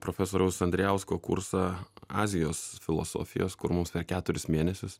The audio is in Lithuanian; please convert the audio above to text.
profesoriaus andrijausko kursą azijos filosofijos kur mums per keturis mėnesius